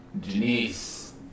Janice